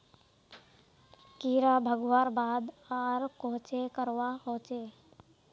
कीड़ा भगवार बाद आर कोहचे करवा होचए?